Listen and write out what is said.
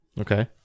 Okay